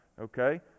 Okay